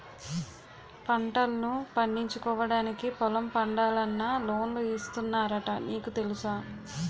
పంటల్ను పండించుకోవడానికి పొలం పండాలన్నా లోన్లు ఇస్తున్నారట నీకు తెలుసా?